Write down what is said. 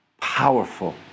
Powerful